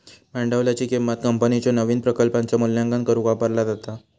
भांडवलाची किंमत कंपनीच्यो नवीन प्रकल्पांचो मूल्यांकन करुक वापरला जाता